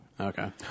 Okay